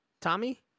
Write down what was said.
Tommy